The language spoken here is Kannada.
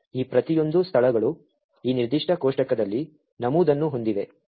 ಈ ಪ್ರತಿಯೊಂದು ಸ್ಥಳಗಳು ಈ ನಿರ್ದಿಷ್ಟ ಕೋಷ್ಟಕದಲ್ಲಿ ನಮೂದನ್ನು ಹೊಂದಿವೆ